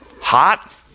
Hot